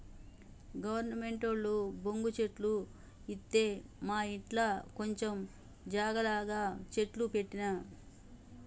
గవర్నమెంటోళ్లు బొంగు చెట్లు ఇత్తె మాఇంట్ల కొంచం జాగల గ చెట్లు పెట్టిన